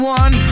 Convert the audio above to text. one